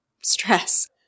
stress